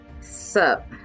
Sup